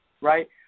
right